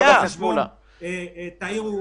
תעירו